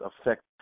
affect